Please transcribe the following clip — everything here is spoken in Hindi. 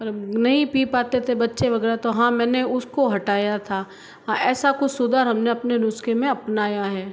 पर अब नहीं पी पाते थे बच्चे वगैरह तो हाँ मैंने उसको हटाया था हाँ ऐसा कुछ सुधार हमने अपने नुस्खे में अपनाया है